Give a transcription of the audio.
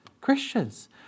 Christians